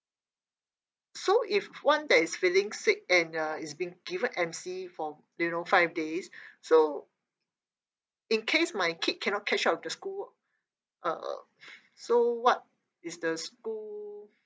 so if one that is feeling sick and uh is being given M_C from you know five days so in case my kid cannot catch up the school uh so what is the school